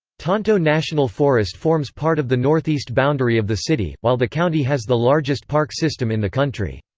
tonto national forest forms part of the northeast boundary of the city, while the county has the largest park system in the country.